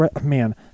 man